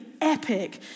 epic